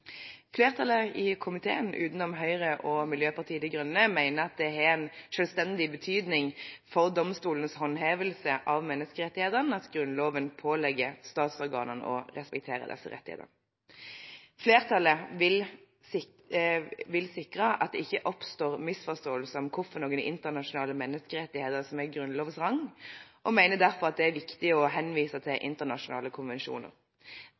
Flertallet i komiteen, alle utenom Høyre og Miljøpartiet De Grønne, mener at det har en selvstendig betydning for domstolenes håndhevelse av menneskerettighetene at Grunnloven pålegger statsorganene å respektere disse rettighetene. Flertallet vil sikre at det ikke oppstår misforståelser om hvilke internasjonale menneskerettigheter som er Grunnlovens rang, og mener derfor at det er viktig å henvise til internasjonale konvensjoner.